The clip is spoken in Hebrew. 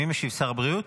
מי משיב, שר הבריאות?